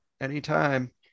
anytime